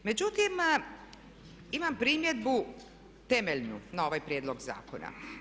Međutim, imam primjedbu temeljnu na ovaj prijedlog zakona.